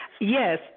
yes